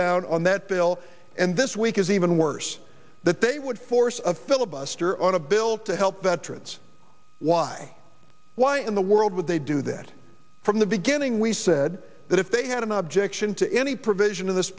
down on that bill and this week is even worse that they would force of filibuster on a bill to help veterans why why in the world with they do that from the beginning we said that if they had an objection to any provision of this